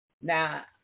Now